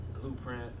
Blueprint